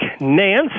Nance